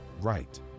Right